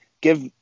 give